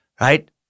right